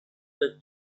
the